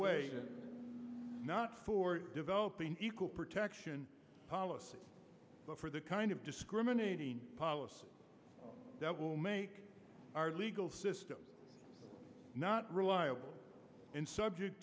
way not for developing equal protection policy but for the kind of discriminating policy that will make our legal system not reliable and subject